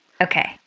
Okay